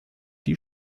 die